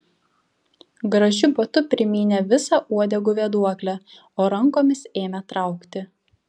gražiu batu primynė visą uodegų vėduoklę o rankomis ėmė traukti